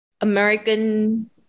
american